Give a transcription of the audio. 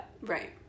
Right